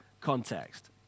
context